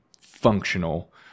functional